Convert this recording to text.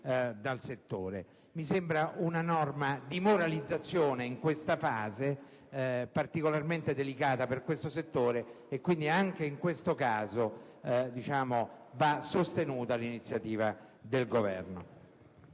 dal settore. Mi sembra una norma di moralizzazione in questa fase particolarmente delicata per il settore e quindi, anche in questo caso, l'iniziativa del Governo